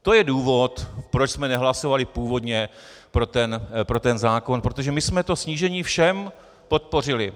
To je důvod, proč jsme nehlasovali původně pro ten zákon, protože my jsme to snížení všem podpořili.